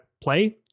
play